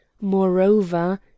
Moreover